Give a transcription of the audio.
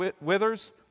withers